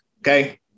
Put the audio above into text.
okay